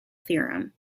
theorem